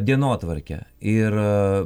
dienotvarkę ir